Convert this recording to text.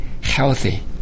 healthy